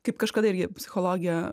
kaip kažkada irgi psichologė